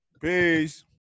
Peace